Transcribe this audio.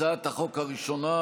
הצעת החוק הראשונה: